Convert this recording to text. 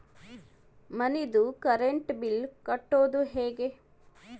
ಮನಿದು current bill ಕಟ್ಟೊದು ಹೇಗೆ?